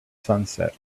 sunset